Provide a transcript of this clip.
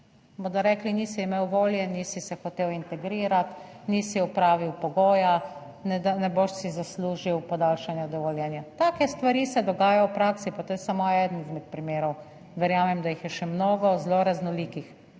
Bodo rekli: »Nisi imel volje, nisi se hotel integrirati, nisi opravil pogoja, da ne boš si zaslužil podaljšanja dovoljenja.« Take stvari se dogajajo v praksi, pa to je samo eden izmed primerov, verjamem, da jih je še mnogo zelo raznolikih.